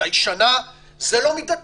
אולי שנה זה לא מידתי.